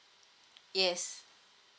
yes